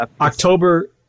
October